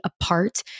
apart